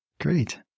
Great